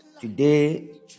Today